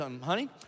honey